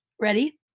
Ready